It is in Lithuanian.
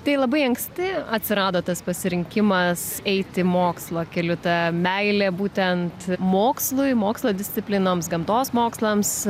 tai labai anksti atsirado tas pasirinkimas eiti mokslo keliu ta meilė būtent mokslui mokslo disciplinoms gamtos mokslams